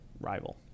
rival